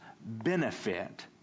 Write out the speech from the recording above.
benefit